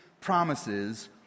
promises